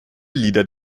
lieder